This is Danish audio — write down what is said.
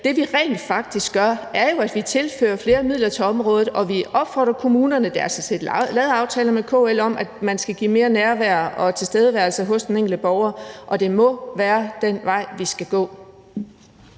Det, vi rent faktisk gør, er jo, at vi tilfører flere midler til området, og at vi opfordrer kommunerne til, og der er sådan set lavet aftaler med KL om det, at man skal give mere nærvær og tilstedeværelse hos den enkelte borger, og det må være den vej, vi skal gå.